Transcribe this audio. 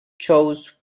chose